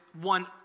one